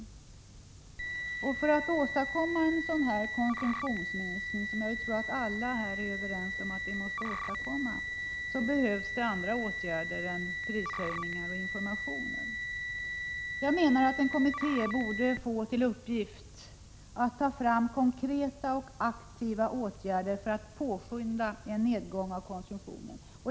För att vi skall kunna åstadkomma en sådan konsumtionsminskning, som jag tror att alla här är överens om att vi måste få till stånd, behövs andra åtgärder än prishöjning och information. En kommitté borde få till uppgift att ta fram konkreta och aktiva åtgärder för att påskynda en nedgång av konsumtionen.